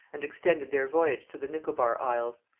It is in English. and extended their voyage to the nicobar isles,